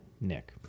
Nick